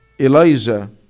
Elijah